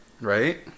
Right